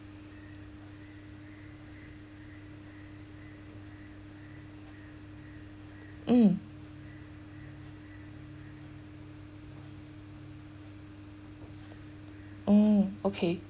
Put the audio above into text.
mm mm okay